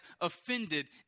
offended